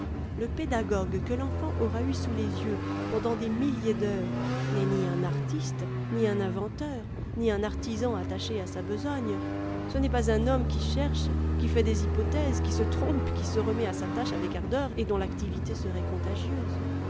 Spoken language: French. le pédagogue que l'enfant aura eu sous les yeux pendant des milliers d'heures n'est ni un artiste ni un inventeur ni un artisan attaché à sa besogne ce n'est pas un homme qui cherche qui fait des hypothèses qui se trompe qui se remet à sa tâche avec ardeur et dont l'activité serait contagieuse